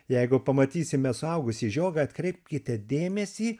jeigu pamatysime suaugusį žiogą atkreipkite dėmesį